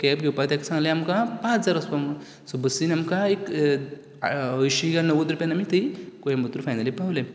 cab घेवपाक तेका सांगलें आमकां पांच हजार वसपा म्हणून सो बसीन आमकां एक अंयशी णव्वद रुपयान आमी तें कोयंबतूर फायनली पावले